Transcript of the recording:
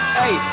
hey